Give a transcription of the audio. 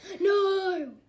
No